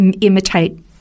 imitate